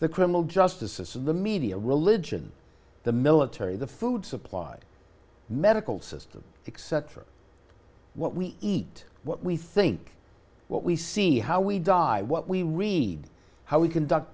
the criminal justice system the media religion the military the food supply medical system except for what we eat what we think what we see how we die what we read how we conduct